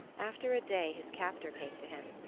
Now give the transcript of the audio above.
after a day his captor came to him,